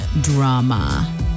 drama